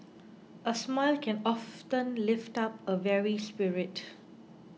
a smile can often lift up a weary spirit